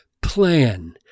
plan